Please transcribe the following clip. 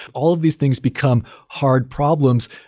all of these things become hard problems.